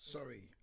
Sorry